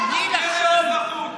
שלא יעשו פיגועים שלא ירצחו יהודים,